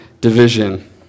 division